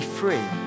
free